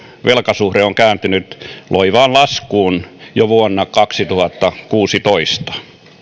velkasuhde on kääntynyt loivaan laskuun jo vuonna kaksituhattakuusitoista